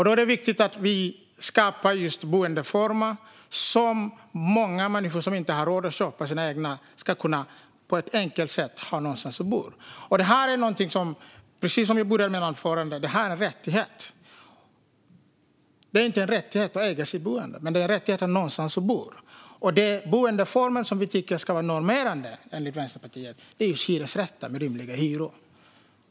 Då är det viktigt att vi skapar boendeformer för många människor som inte har råd att köpa sin bostad, så att de på ett enkelt sätt ska kunna ha någonstans att bo. Precis som jag började mitt anförande med är detta en rättighet. Det är inte en rättighet att äga sitt boende, men det är en rättighet att ha någonstans att bo. Den boendeform vi i Vänsterpartiet tycker ska vara normerande är hyresrätter med rimliga hyror.